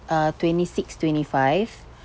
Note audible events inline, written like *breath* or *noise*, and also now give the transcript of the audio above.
uh twenty six twenty five *breath*